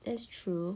that's true